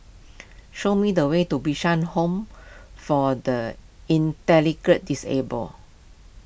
show me the way to Bishan Home for the Intellec Disabled